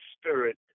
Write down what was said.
spirit